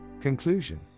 Conclusion